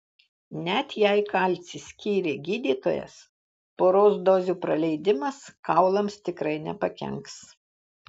net jei kalcį skyrė gydytojas poros dozių praleidimas kaulams tikrai nepakenks